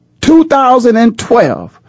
2012